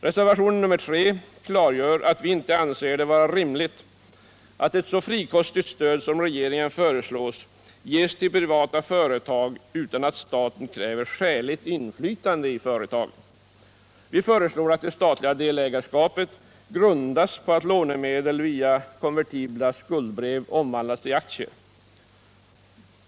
Reservationen 3 klargör att vi inte anser det vara rimligt att ett så frikostigt stöd som regeringen föreslår ges till privata företag utan att staten kräver ett skäligt inflytande i företagen. Vi föreslår att det statliga delägarskapet grundas på att lånemedel via konvertibla skuldbrev omvandlas till aktier.